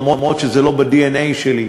אף שזה לא בדנ"א שלי,